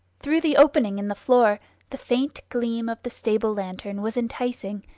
through the opening in the floor the faint gleam of the-stable lantern was enticing,